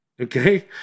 Okay